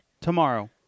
tomorrow